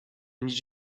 need